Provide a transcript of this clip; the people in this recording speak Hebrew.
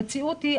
המציאות היא,